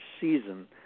season